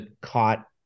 caught